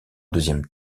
deuxième